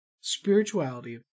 Spirituality